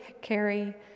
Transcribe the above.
carry